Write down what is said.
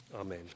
Amen